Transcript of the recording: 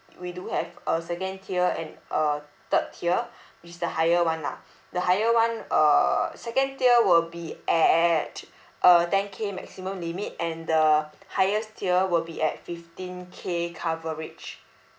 we do have a second tier and a third tier which is the higher [one] lah the higher [one] err second tier will be at a ten K maximum limit and the highest tier will be at fifteen K coverage